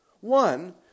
One